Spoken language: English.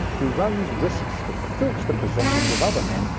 who runs risks to filch the possessions of other men,